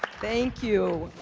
thank you,